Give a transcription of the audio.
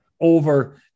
over